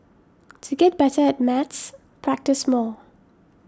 to get better at maths practise more